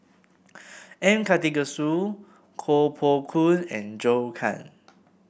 M Karthigesu Koh Poh Koon and Zhou Can